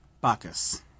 Bacchus